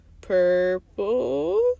purple